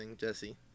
Jesse